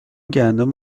گندم